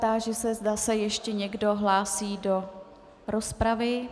Táži se, zda se ještě někdo hlásí do rozpravy.